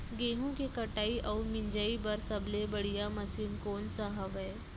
गेहूँ के कटाई अऊ मिंजाई बर सबले बढ़िया मशीन कोन सा हवये?